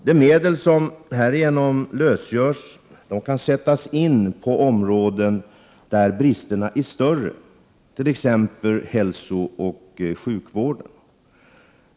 De medel som härigenom lösgörs kan sättas in på områden där bristerna är större, t.ex. hälsooch sjukvården.